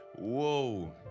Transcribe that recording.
whoa